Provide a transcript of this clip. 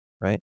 right